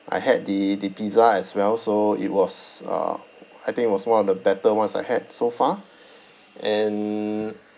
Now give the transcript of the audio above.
I had the the pizza as well so it was uh I think it was one of the better ones I had so far and